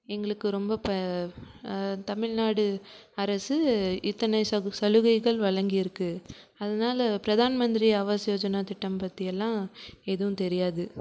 எங்களுக்கு ரொம்ப ப தமிழ்நாடு அரசு இத்தனை சகு சலுகைகள் வழங்கியிருக்கு அதனால் பிரதான் மந்த்ரி ஆவாஸ் யோஜனா திட்டம் பற்றியெல்லாம் எதுவும் தெரியாது